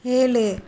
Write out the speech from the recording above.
ஏழு